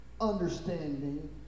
understanding